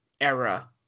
era